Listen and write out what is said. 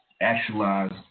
actualize